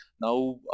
now